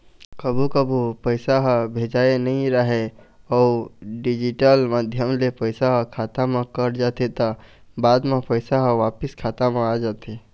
कभू कभू पइसा ह भेजाए नइ राहय अउ डिजिटल माध्यम ले पइसा ह खाता म कट जाथे त बाद म पइसा ह वापिस खाता म आ जाथे